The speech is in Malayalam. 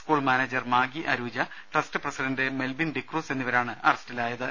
school manager Maggie Arooja trust president Melbin D'Cruz എന്നിവരാണ് അറസ്റ്റിലായത്